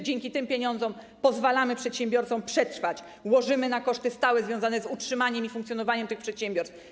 Dzięki tym pieniądzom pozwalamy przedsiębiorcom przetrwać, łożymy na koszty stałe związane z utrzymaniem i funkcjonowaniem tych przedsiębiorstw.